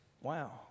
Wow